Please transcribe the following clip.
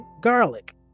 garlic